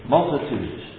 Multitudes